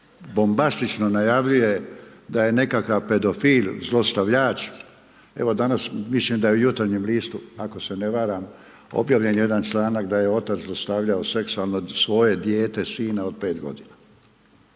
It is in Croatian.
bombastično najavljuje da je nekakav pedofil, zlostavljač, evo danas, mislim da je u jutarnjem listu, ako se ne varam, obavljen jedan članak da je otac zlostavljao seksualno, svoje dijete, sina od 5 g.